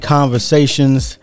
Conversations